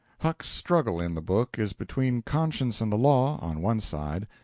huck's struggle in the book is between conscience and the law, on one side,